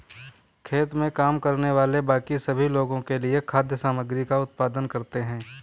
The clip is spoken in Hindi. खेत में काम करने वाले बाकी सभी लोगों के लिए खाद्य सामग्री का उत्पादन करते हैं